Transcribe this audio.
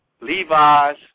Levi's